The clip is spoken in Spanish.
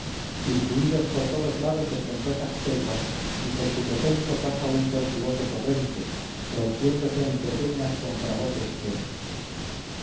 circuidos por todos lados de frondosas selvas y por cuyo centro pasa un tortuoso torrente rompiéndose entre peñas con fragoso estruendo